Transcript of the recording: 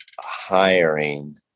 hiring